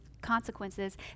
consequences